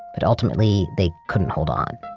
but ultimately they couldn't hold on.